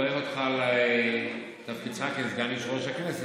אני מברך אותך על תפקידך כסגן יושב-ראש הכנסת,